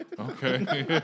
Okay